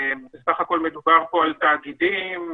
בסך הכול מדובר כאן על תאגידים,